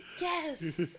Yes